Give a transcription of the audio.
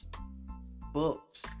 books